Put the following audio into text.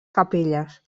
capelles